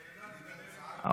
לא.